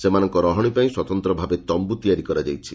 ସେମାନଙ୍କ ରହଣି ପାଇଁ ସ୍ପତନ୍ତ୍ର ଭାବେ ତମ୍ଭ ତିଆରି କରାଯାଇଛି